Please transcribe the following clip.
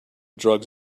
drugs